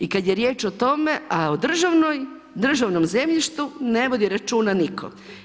I kad je riječ o tome, a o državnom zemljištu ne vodi računa nitko.